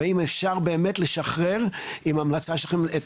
והאם אפשר באמת לשחרר עם המלצה שלכם את